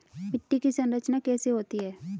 मिट्टी की संरचना कैसे होती है?